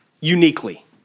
uniquely